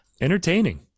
Entertaining